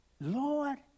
Lord